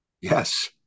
Yes